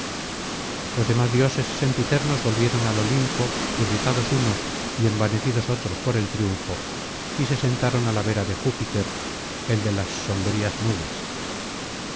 los demás dioses sempiternos volvieron al olimpo irritados unos y envanecidos otros por el triunfo y se sentaron á la vera de júpiter el de las sombrías nubes